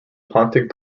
pontic